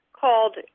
called